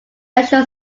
special